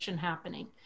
happening